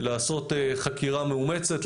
לעשות חקירה מאומצת,